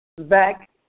back